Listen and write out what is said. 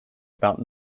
about